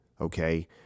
okay